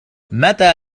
متى